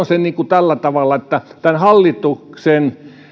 sen tällä tavalla tämän hallituksen